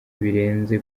birenze